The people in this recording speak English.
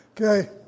okay